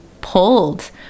pulled